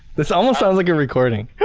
this almost sounds like a recording,